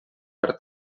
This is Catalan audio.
per